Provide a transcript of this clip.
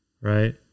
right